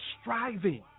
striving